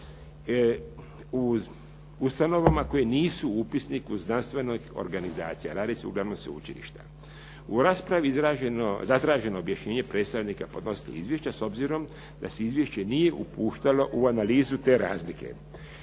u ustanovama koje nisu upisnik u znanstvenoj organizaciji, a radi se uglavnom o sveučilištima. U raspravi je zatraženo objašnjenje predstavnika podnositelja izvješća, s obzirom da se izvješće nije upuštalo u analizu te razlike.